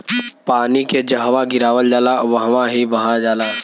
पानी के जहवा गिरावल जाला वहवॉ ही बह जाला